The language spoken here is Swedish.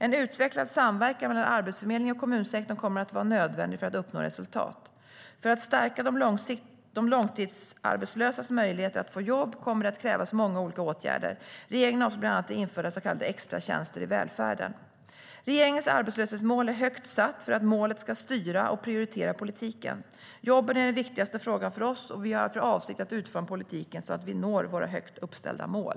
En utvecklad samverkan mellan Arbetsförmedlingen och kommunsektorn kommer att vara nödvändig för att uppnå resultat. För att stärka de långtidsarbetslösas möjligheter att få jobb kommer det att krävas många olika åtgärder. Regeringen avser bland annat att införa så kallade extratjänster i välfärden. Regeringens arbetslöshetsmål är högt satt för att målet ska styra och prioritera politiken. Jobben är den viktigaste frågan för oss, och vi har för avsikt att utforma politiken så att vi når våra högt uppställda mål.